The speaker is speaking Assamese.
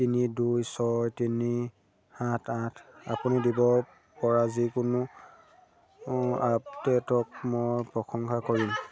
তিনি দুই ছয় তিনি সাত আঠ আপুনি দিব পৰা যিকোনো আপডেটক মই প্ৰশংসা কৰিম